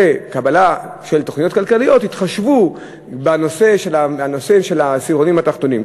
בקבלה של תוכניות כלכליות יתחשבו בנושאים של העשירונים התחתונים.